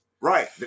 Right